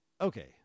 Okay